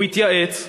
הוא התייעץ,